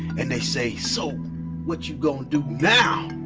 and they say, so what you gone do now?